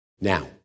Now